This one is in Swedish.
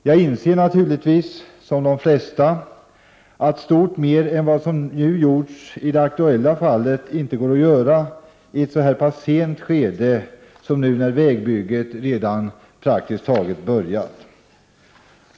Jag inser naturligtvis, som de flesta, att stort mer än vad som gjorts i det aktuella fallet inte går att göra i ett så pass sent skede, när vägbygget redan praktiskt taget börjat.